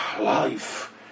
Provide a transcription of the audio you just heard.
life